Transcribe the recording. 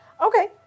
Okay